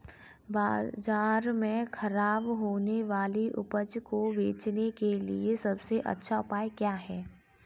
बाजार में खराब होने वाली उपज को बेचने के लिए सबसे अच्छा उपाय क्या है?